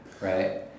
right